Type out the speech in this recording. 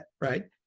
right